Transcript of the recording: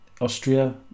Austria